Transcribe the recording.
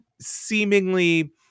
seemingly –